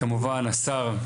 כמובן השר,